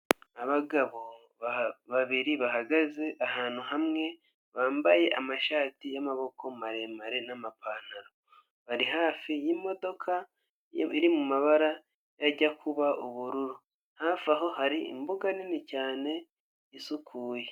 Abagabo babiri bahagaze ahantu hamwe bambaye amashati y'amaboko maremare n'amapantaro, bari hafi y'imodoka iri mu mabara ajya kuba ubururu hafi aho hari imbuga nini cyane isukuye.